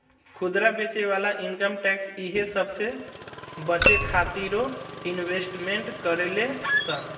खुदरा बेचे वाला इनकम टैक्स इहे सबसे बचे खातिरो इन्वेस्टमेंट करेले सन